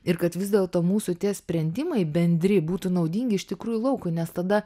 ir kad vis dėlto mūsų tie sprendimai bendri būtų naudingi iš tikrųjų laukui nes tada